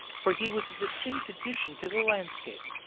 for he was a distinct addition to the landscape.